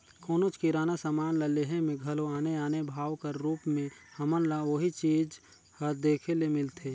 कोनोच किराना समान ल लेहे में घलो आने आने भाव कर रूप में हमन ल ओही चीज हर देखे ले मिलथे